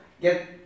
get